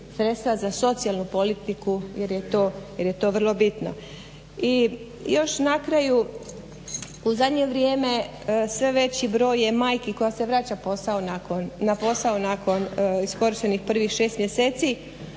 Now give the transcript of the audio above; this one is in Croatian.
za socijalnu politiku jer je to vrlo bitno. I još na kraju u zadnje vrijeme sve veći broj je majki koja se vraća na posao nakon iskorištenih prvih šest mjeseci